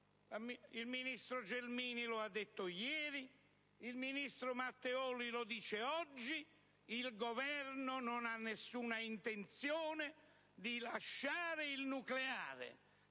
il ministro Gelmini lo ha detto ieri; il ministro Matteoli lo dice oggi: il Governo non ha alcuna intenzione di abbandonare il nucleare.